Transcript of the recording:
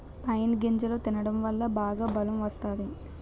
pine గింజలు తినడం వల్ల బాగా బలం వత్తాది